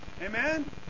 Amen